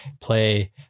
play